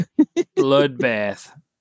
bloodbath